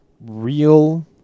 real